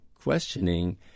questioning